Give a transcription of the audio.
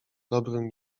dobrym